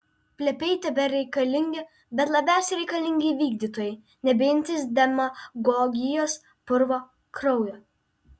plepiai tebereikalingi bet labiausiai reikalingi vykdytojai nebijantys demagogijos purvo kraujo